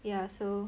ya so